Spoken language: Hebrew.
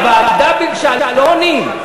הוועדה ביקשה, לא עונים.